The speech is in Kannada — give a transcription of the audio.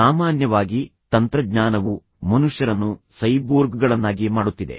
ಸಾಮಾನ್ಯವಾಗಿ ತಂತ್ರಜ್ಞಾನವು ಮನುಷ್ಯರನ್ನು ಸೈಬೋರ್ಗ್ಗಳನ್ನಾಗಿ ಮಾಡುತ್ತಿದೆ